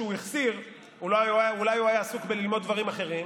מצפון, אין ערכים, אין מוסר, אין ערך למילה, לאמת,